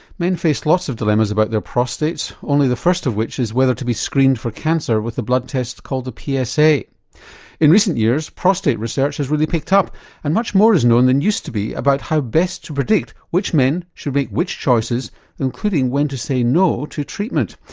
men face lots of dilemmas about their prostates only the first of which is whether to be screened for cancer with a blood test called the psa. in recent years prostate research has really picked up and much more is known than used to be about how best predict which men should make which choices including when to say no to treatment.